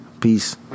Peace